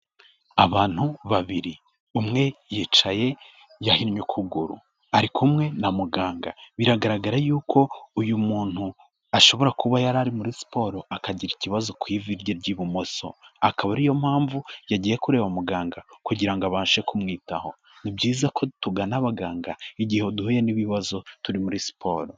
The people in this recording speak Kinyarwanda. Abantu babiri. Umwe yicaye yahinnye ukuguru. Ari kumwe na muganga, biragaragara yuko uyu muntu ashobora kuba yari muri siporo akagira ikibazo ku ivi rye ry'ibumoso. Akaba ariyo mpamvu yagiye kureba muganga kugira ngo abashe kumwitaho. Ni byiza ko tugana abaganga igihe duhuye n'ibibazo turi muri siporo.